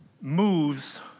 moves